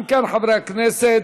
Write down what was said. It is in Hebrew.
אם כן, חברי הכנסת,